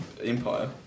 Empire